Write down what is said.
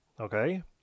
Okay